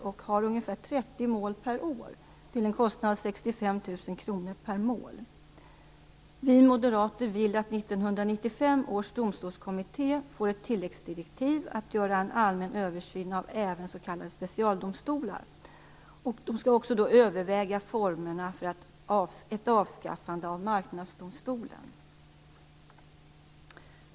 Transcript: Man har ungefär 30 mål per år till en kostnad av 65 000 kr per mål. Vi moderater vill att 1995 års domstolskommitté skall få ett tilläggsdirektiv att göra en allmän översyn även av s.k. specialdomstolar. Man skall då också överväga formerna för ett avskaffande av Marknadsdomstolen.